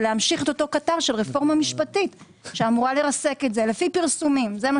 ולהמשיך אותו קטר של רפורמה משפטית שאמורה לרסק את זה זה מה שפורסם.